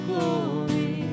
Glory